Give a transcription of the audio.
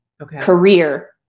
career